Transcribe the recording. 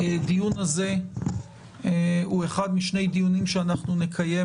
הדיון הזה הוא אחד משני דיונים שאנחנו נקיים